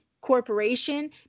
corporation